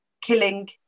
killing